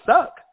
suck